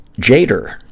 Jader